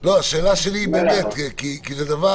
השאלה שלי היא כי זה דבר